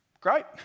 great